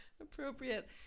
appropriate